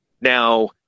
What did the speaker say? Now